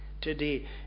today